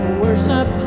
worship